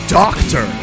doctor